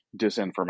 disinformation